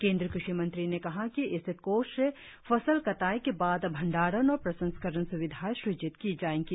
केंद्रीय कृषि मंत्री ने कहा कि इस कोष से फसल कटाई के बाद भंडारण और प्रसंस्करण स्विधाएं संजित की जाएंगी